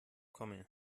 komme